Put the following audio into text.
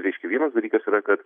reiškia vienas dalykas yra kad